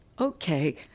Okay